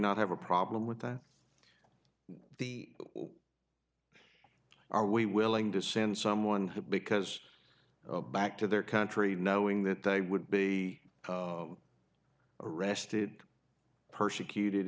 not have a problem with that the are we willing to send someone who because back to their country knowing that they would be arrested persecuted